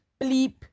bleep